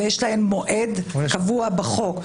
ויש להן מועד קבוע בחוק.